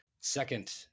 Second